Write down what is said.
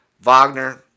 Wagner